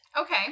Okay